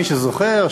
מי שזוכר,